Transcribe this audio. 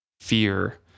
fear